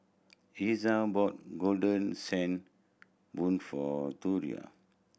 Iza bought Golden Sand Bun for Torrie